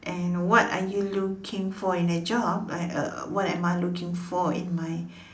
and what are you looking for in a job uh what am I looking in my